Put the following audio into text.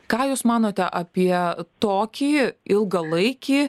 ką jūs manote apie tokį ilgalaikį